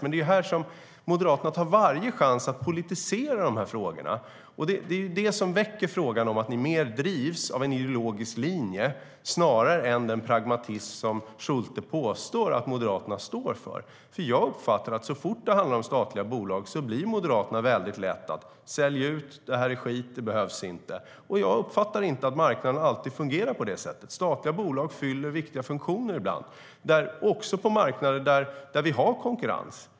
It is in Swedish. Men det är här som Moderaterna tar varje chans att politisera frågorna. Det är det som väcker frågan att ni mer drivs av en ideologisk linje snarare än den pragmatism som Schulte påstår att Moderaterna står för. Jag uppfattar att så fort det handlar om statliga bolag blir Moderaternas uppfattning lätt att det ska säljas ut, det är skit och det behövs inte. Jag uppfattar inte att marknaden alltid fungerar så. Statliga bolag fyller ibland viktiga funktioner, också på marknader där det råder konkurrens.